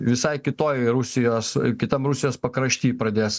visai kitoje rusijos kitam rusijos pakrašty pradės